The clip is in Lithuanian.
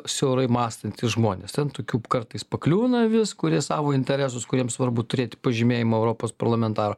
siaurai mąstantys žmonės ten tokių kartais pakliūna vis kurie savo interesus kuriem svarbu turėti pažymėjimą europos parlamentaro